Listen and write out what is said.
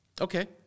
Okay